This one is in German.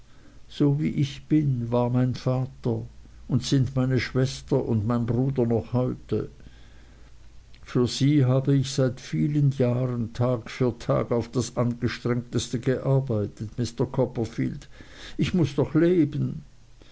so wie ich bin war mein vater und sind meine schwester und mein bruder noch heute für sie habe ich seit vielen jahren tag für tag auf das angestrengteste gearbeitet mr copperfield ich muß doch leben